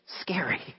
scary